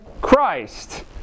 Christ